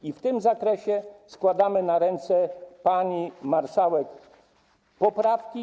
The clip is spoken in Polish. I w tym zakresie składamy na ręce pani marszałek poprawki.